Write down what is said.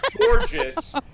gorgeous